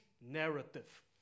narrative